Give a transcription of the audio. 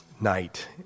night